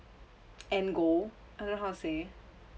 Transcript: end goal I don't know how to say